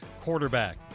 quarterback